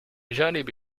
جانب